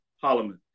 Parliament